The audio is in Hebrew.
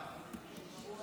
נגד,